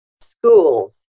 schools